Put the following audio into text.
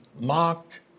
mocked